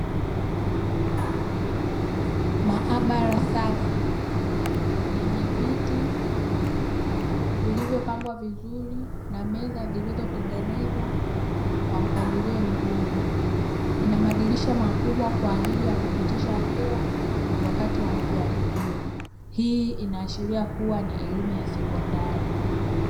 Maabara safi yenye viti vilivyopangwa vizuri na meza zilizotengenezwa kwa mpangilio mzuri, ina madirisha makubwa kwa ajili ya kupitisha hewa wakati wa majaribio. Hii inaashiria kuwa ni elimu ya sekondari.